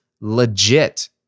legit